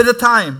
בינתיים,